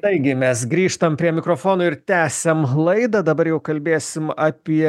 taigi mes grįžtam prie mikrofono ir tęsiam laidą dabar jau kalbėsim apie